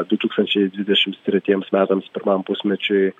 du tūkstančiai dvidešimts tretiems metams pirmam pusmečiui